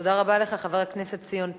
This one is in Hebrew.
תודה רבה לך, חבר הכנסת ציון פיניאן.